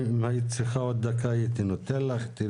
ואתה